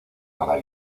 para